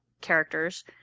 characters